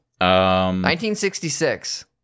1966